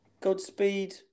Godspeed